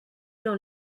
dans